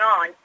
on